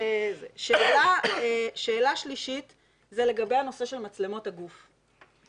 שאלה שלישית זה לגבי הנושא של מצלמות הגוף.